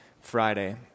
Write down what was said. Friday